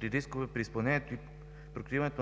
до рискове при изпълнението